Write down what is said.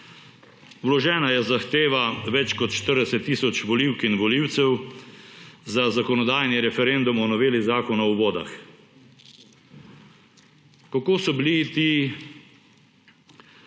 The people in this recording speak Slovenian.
Vložena je zahteva več kot 40 tisoč volivk in volivcev za zakonodajni referendum o noveli Zakona o vodah. Kako so bili ti